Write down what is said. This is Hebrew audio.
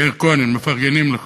מאיר כהן, מפרגנים לך.